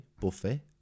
Buffet